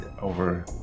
over